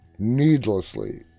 needlessly